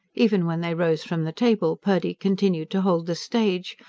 even when they rose from the table purdy continued to hold the stage.